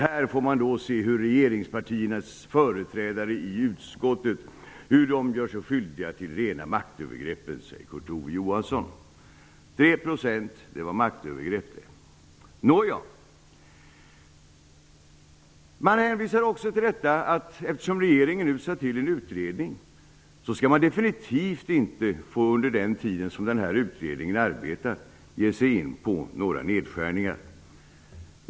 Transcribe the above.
Här ser man hur regeringspartiernas företrädare i utskottet gör sig skyldiga till rena maktövergreppet, säger Kurt Ove Eftersom regeringen nu har tillsatt en utredning, får man under den tid som denna utredning arbetar definitivt inte ge sig in på några nedskärningar.